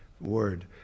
word